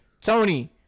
Tony